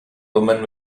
women